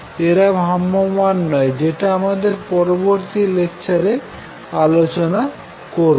এরা ভ্রাম্যমাণ নয় যেটা আমরা পরবর্তী লেকচারে আলোচনা করবো